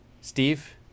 Steve